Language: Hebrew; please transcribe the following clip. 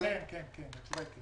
הסוגיה היא פחות העניין של התקציב.